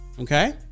Okay